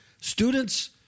Students